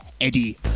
Eddie